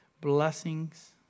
blessings